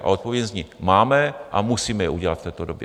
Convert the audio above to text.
A odpověď zní máme a musíme je udělat v této době.